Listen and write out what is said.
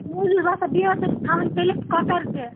موجوٗد آسان بیٚیہِ آسان تھاوٕنۍ تٔلِتھ کۄکرتہِ